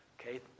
Okay